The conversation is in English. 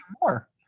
more